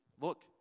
look